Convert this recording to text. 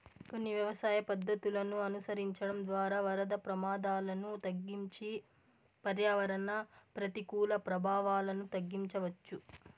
కొన్ని వ్యవసాయ పద్ధతులను అనుసరించడం ద్వారా వరద ప్రమాదాలను తగ్గించి పర్యావరణ ప్రతికూల ప్రభావాలను తగ్గించవచ్చు